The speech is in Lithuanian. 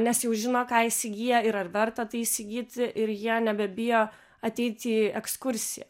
nes jau žino ką įsigyja ir ar verta tai įsigyti ir jie nebebijo ateit į ekskursiją